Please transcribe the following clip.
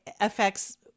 affects